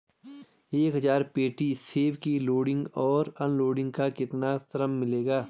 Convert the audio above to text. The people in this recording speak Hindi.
एक हज़ार पेटी सेब की लोडिंग और अनलोडिंग का कितना श्रम मिलेगा?